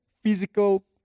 physical